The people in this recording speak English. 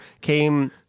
came